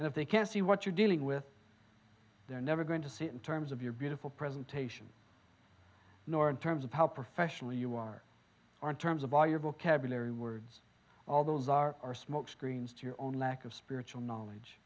and if they can't see what you're dealing with they're never going to see it in terms of your beautiful presentation nor in terms of how professional you are aren't terms of all your vocabulary words all those are smokescreens to your own lack of spiritual knowledge